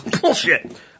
Bullshit